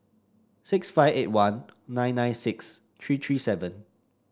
six five eight one nine nine six three three seven